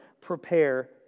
prepare